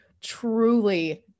truly